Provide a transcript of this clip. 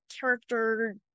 character